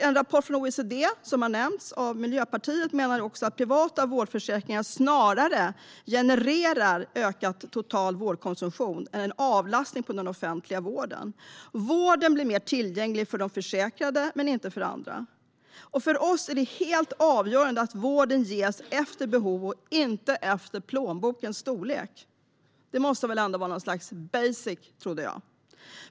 En rapport från OECD - som har nämnts av Miljöpartiet - menar också att privata vårdförsäkringar snarare genererar ökad total vårdkonsumtion än en avlastning på den offentliga vården. Vården blir mer tillgänglig för de försäkrade, men inte för andra. För oss är det helt avgörande att vården ges efter behov och inte efter plånbokens storlek. Det trodde jag ändå var något slags basic.